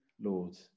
Lord